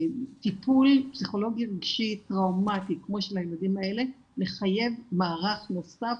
טיפול פסיכולוגי רגשי טראומטי כמו של הילדים האלה מחייב מערך נוסף,